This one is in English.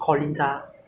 我不懂什么餐 ah